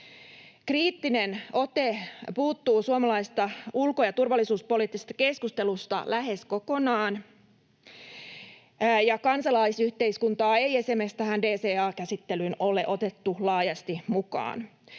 Kriittinen ote puuttuu suomalaisesta ulko‑ ja turvallisuuspoliittisesta keskustelusta lähes kokonaan, ja kansalaisyhteiskuntaa ei esimerkiksi tähän DCA-käsittelyyn ole otettu laajasti mukaan.